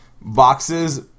boxes